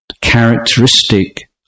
characteristic